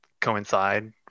coincide